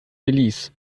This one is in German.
belize